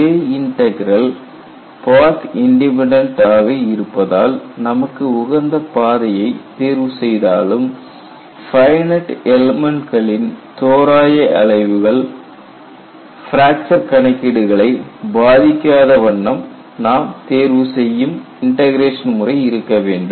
J integral path independent ஆக இருப்பதால் நமக்கு உகந்த பாதையை தேர்வு செய்தாலும் ஃபைனட் எல்மெண்ட்களின் தோராய அளவுகள் பிராக்சர் கணக்கீடுகளை பாதிக்காத வண்ணம் நாம் தேர்வு செய்யும் இண்டெகரேஷன் முறை இருக்க வேண்டும்